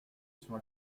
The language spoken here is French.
sont